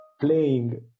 Playing